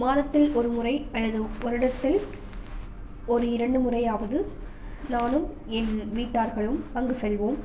மாதத்தில் ஒரு முறை அல்லது வருடத்தில் ஒரு இரண்டு முறையாவது நானும் என் வீட்டார்களும் அங்கு செல்வோம்